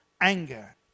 anger